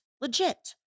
legit